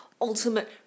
ultimate